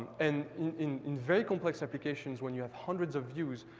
and in in very complex applications, when you have hundreds of views,